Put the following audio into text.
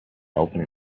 open